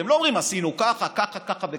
אתם לא אומרים: עשינו כך, כך וכך.